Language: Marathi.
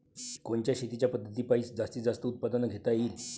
कोनच्या शेतीच्या पद्धतीपायी जास्तीत जास्त उत्पादन घेता येईल?